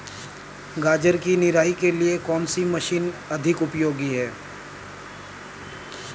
गाजर की निराई के लिए कौन सी मशीन अधिक उपयोगी है?